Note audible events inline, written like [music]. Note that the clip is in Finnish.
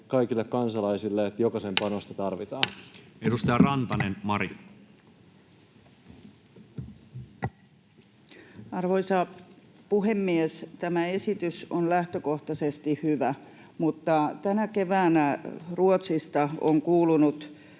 kaikille kansalaisille: [noise] jokaisen panosta tarvitaan. Edustaja Rantanen, Mari. Arvoisa puhemies! Tämä esitys on lähtökohtaisesti hyvä, mutta tänä keväänä Ruotsista on kuulunut